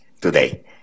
today